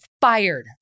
fired